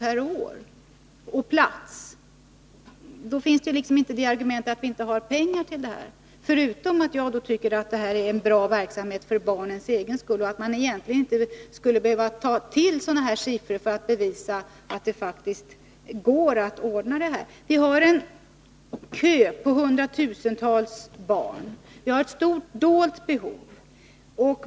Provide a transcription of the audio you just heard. per år och plats. Då kan man inte använda argumentet att det inte finns pengar till det här. Dessutom tycker jag att verksamheten är bra, för barnens egen skull. Egentligen skulle man inte behöva ta till sådana här siffror för att bevisa att det faktiskt går att ordna saken. Vi har en kö på hundratusentals barn. Vi har ett stort dolt behov.